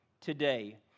today